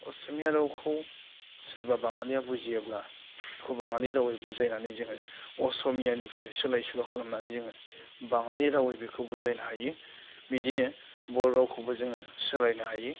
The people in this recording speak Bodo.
असमिया रावखौ सोरबा बाङालिया बुजियाब्ला बेखौ बाङालि रावै बुजायनानै जोङो असमियानिफ्राय सोलाय सोल' खालामनानै जोङो बाङालि रावै बेखौ बुजायनो हायो बिदिनो बर' रावखौबो जोङो सोलायनो हायो